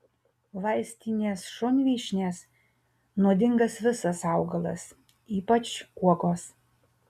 vaistinės šunvyšnės nuodingas visas augalas ypač uogos